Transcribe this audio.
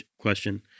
question